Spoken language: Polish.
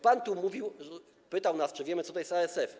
Pan tu mówił, pytał nas, czy wiemy, co to jest ASF.